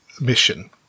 mission